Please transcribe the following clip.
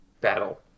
battle